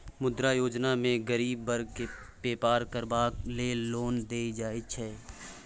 मुद्रा योजना मे गरीब बर्ग केँ बेपार करबाक लेल लोन देल जाइ छै